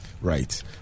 Right